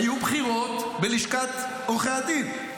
היו בחירות בלשכת עורכי הדין.